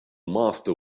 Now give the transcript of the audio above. master